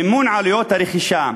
מימון עלויות הרכישה,